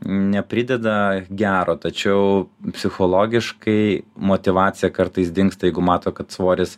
neprideda gero tačiau psichologiškai motyvacija kartais dingsta jeigu mato kad svoris